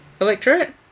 electorate